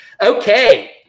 Okay